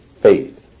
faith